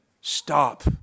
Stop